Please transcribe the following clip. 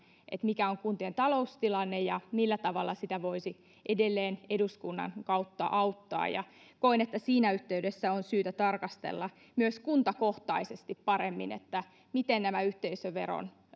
mikä on kuntien taloustilanne ja millä tavalla sitä voisi edelleen eduskunnan kautta auttaa ja koen että siinä yhteydessä on syytä tarkastella myös kuntakohtaisesti paremmin miten nämä yhteisöveron